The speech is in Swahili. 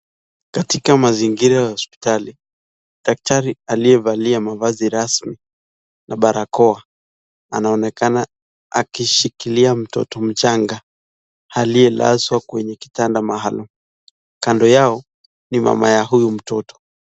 Katika mazingira ya hospitali, daktari aliyevalia mavazi rasmi na barakoa, anaonekana akishikilia mtoto mchanga aliyelazwa kwenye kitanda maalum, kando yao ni mama ya huyu mtoto.